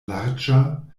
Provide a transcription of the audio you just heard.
larĝa